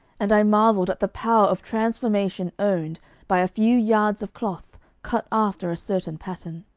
and i marvelled at the power of transformation owned by a few yards of cloth cut after a certain pattern.